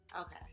Okay